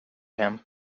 him